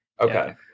Okay